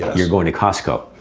you're going to costco.